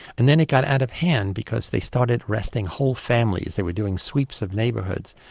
and then it got out of hand because they started arresting whole families, they were doing sweeps of neighbourhoods.